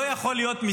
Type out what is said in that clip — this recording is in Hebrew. לא יודעת?